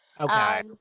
Okay